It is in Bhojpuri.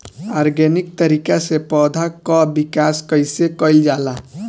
ऑर्गेनिक तरीका से पौधा क विकास कइसे कईल जाला?